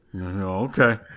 Okay